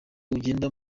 ugenda